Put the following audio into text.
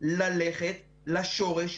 ללכת לשורש,